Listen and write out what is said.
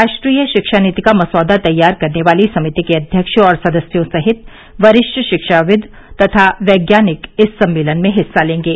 राष्ट्रीय शिक्षा नीति का मसौदा तैयार करने वाली समिति के अध्यक्ष और सदस्यों सहित वरिष्ठ शिक्षाविद तथा वैज्ञानिक इस सम्मेलन में हिस्सा लेंगे